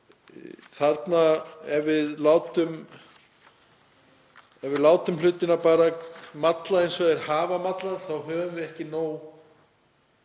að ef við látum hlutina bara malla eins og þeir hafa mallað þá höfum við ekki nógu